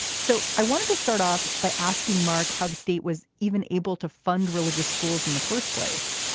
so i wanted to start off by asking mark how the state was even able to fund religious schools in the first place.